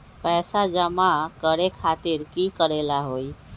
पैसा जमा करे खातीर की करेला होई?